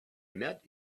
met